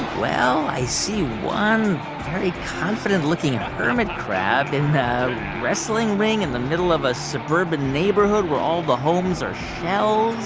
well, i see one very confident-looking hermit crab in a wrestling ring in the middle of a suburban neighborhood where all the homes are shells